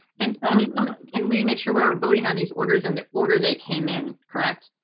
and can we make sure we're voting on these orders in the order they came in. correct.